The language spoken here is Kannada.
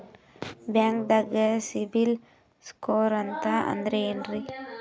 ಬ್ಯಾಂಕ್ದಾಗ ಸಿಬಿಲ್ ಸ್ಕೋರ್ ಅಂತ ಅಂದ್ರೆ ಏನ್ರೀ?